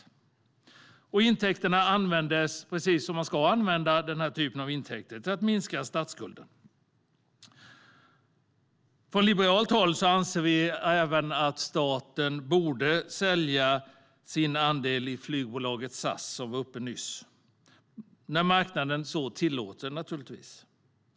Intäkterna användes till att minska statsskulden, precis som man ska använda denna typ av intäkter till. Från liberalt håll anser vi att staten borde sälja sin andel i flygbolaget SAS när marknaden så tillåter.